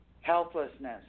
helplessness